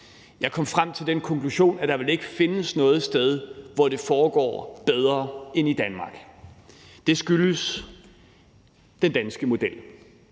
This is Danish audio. Jeg kom frem til den konklusion, at der vel ikke findes noget sted, hvor det foregår bedre, end i Danmark. Det skyldes den danske model,